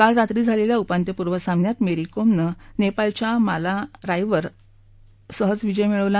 काल रात्री झालेल्या उपांत्यपूर्व सामन्यात मेरी कोमनं नेपाळच्या माला रायवर सहज विजय मिळवला